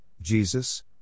Jesus